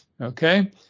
okay